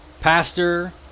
pastor